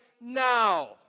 now